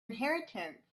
inheritance